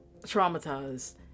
traumatized